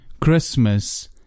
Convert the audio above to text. Christmas